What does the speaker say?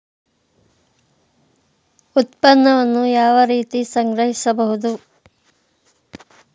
ಉತ್ಪನ್ನವನ್ನು ಯಾವ ರೀತಿ ಸಂಗ್ರಹಿಸಬಹುದು?